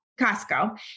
Costco